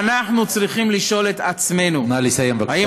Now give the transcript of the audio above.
ואנחנו צריכים לשאול את עצמנו, נא לסיים, בבקשה.